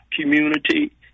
community